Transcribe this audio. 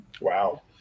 Wow